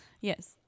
yes